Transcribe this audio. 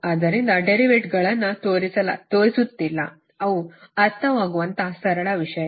ಆದ್ದರಿಂದ ಡೆರಿವೇಟಿವ್ಗಳನ್ನು ತೋರಿಸುತ್ತಿಲ್ಲ ಅವು ಅರ್ಥವಾಗುವಂತಹ ಸರಳ ವಿಷಯ